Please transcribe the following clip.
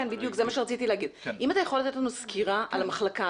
אם אתה יכול לתת לנו סקירה על המחלקה.